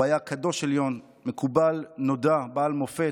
הוא היה קדוש עליון, מקובל נודע, בעל מופת,